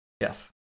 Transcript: Yes